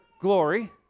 glory